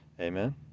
Amen